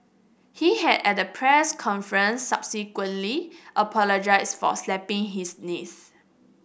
he had at a press conference subsequently apologised for slapping his niece